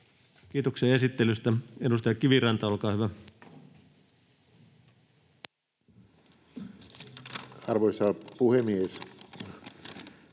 Kiitoksia esittelystä. — Edustaja Kiviranta, olkaa hyvä. [Speech